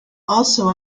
also